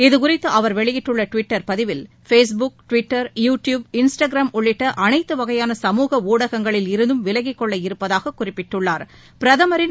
இதுகுறித்துஅவர் வெளியிட்டுள்ளடுவிட்டர் பதிவில் Facebook Twitter YouTube Instagram உள்ளிட்டஅனைத்துவகையான சமூக ஊடகங்களில் இருந்தும் விலகிக்கொள்ள இருப்பதாககுறிப்பிட்டுள்ளாா்